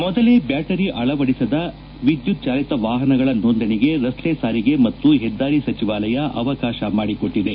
ಮೊದಲೇ ಬ್ಲಾಟರಿ ಅಳವಡಿಸದ ವಿದ್ಲುತ್ ಚಾಲಿತ ವಾಹನಗಳ ನೋಂದಣಿಗೆ ರಸ್ತೆ ಸಾರಿಗೆ ಮತ್ತು ಹೆದ್ದಾರಿ ಸಚಿವಾಲಯ ಅವಕಾಶ ಮಾಡಿಕೊಟ್ಟದೆ